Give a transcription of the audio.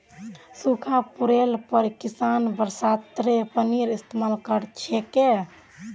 सूखा पोड़ले पर किसान बरसातेर पानीर इस्तेमाल कर छेक